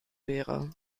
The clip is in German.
wäre